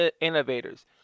innovators